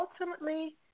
ultimately